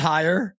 Higher